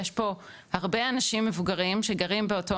יש פה הרבה אנשים מבוגרים שגרים באותו